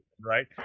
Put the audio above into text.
Right